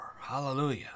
hallelujah